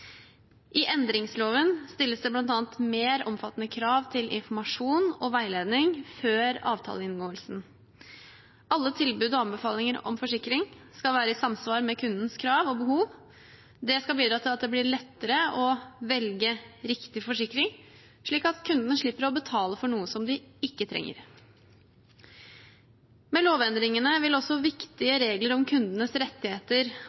I endringsloven stilles det bl.a. mer omfattende krav til informasjon og veiledning før avtaleinngåelsen. Alle tilbud og anbefalinger om forsikring skal være i samsvar med kundens krav og behov. Det skal bidra til at det blir lettere å velge riktig forsikring, slik at kundene slipper å betale for noe de ikke trenger. Med lovendringene vil også viktige regler om kundenes rettigheter